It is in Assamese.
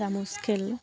চামুচ খেল